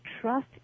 trust